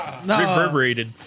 Reverberated